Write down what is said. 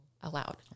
allowed